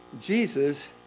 Jesus